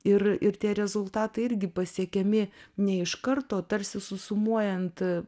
ir ir tie rezultatai irgi pasiekiami ne iš karto o tarsi susumuojant